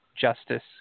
justice